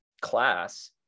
class